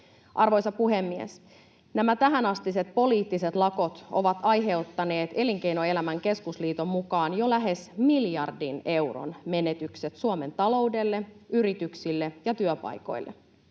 Arvoisa puhemies! Nämä tähänastiset poliittiset lakot ovat aiheuttaneet Elinkeinoelämän keskusliiton mukaan jo lähes miljardin euron menetykset Suomen taloudelle, yrityksille ja työpaikoille.